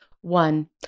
One